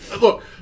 look